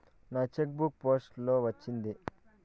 నా cheque book post లో వచ్చింది